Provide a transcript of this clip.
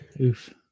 oof